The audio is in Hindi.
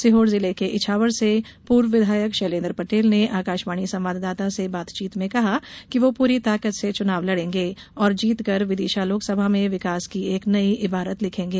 सीहोर जिले के इछावर से पूर्व विधायक शैलेन्द्र पटेल ने आकाशवाणी संवादाता से बातचीत में कहा है कि वो पूरी ताकत से चुनाव लड़ेगे और जीतकर विदिशा लोकसभा में विकास की एक नई इबारत लिखेंगे